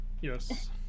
Yes